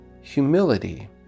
humility